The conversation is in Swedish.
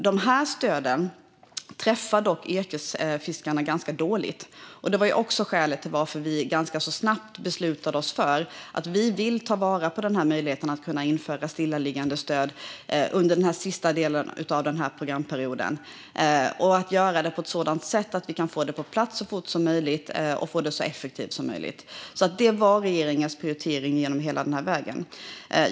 De stöden träffar dock yrkesfiskarna dåligt, och det är skälet till att vi ganska snabbt beslutade oss för att vi vill ta vara på möjligheten att införa stillaliggandestöd under den sista delen av programperioden - och göra det på ett sådant sätt att vi kan få det på plats så fort som möjligt och så effektivt som möjligt. Det var alltså regeringens prioritering hela vägen.